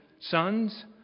sons